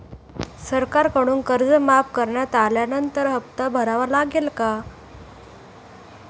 सरकारकडून कर्ज माफ करण्यात आल्यानंतर हप्ता भरावा लागेल का?